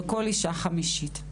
זה כל אישה חמישית.